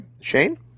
Shane